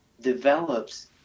develops